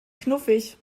knuffig